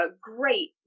great